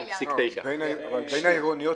כבר כאן,